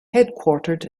headquartered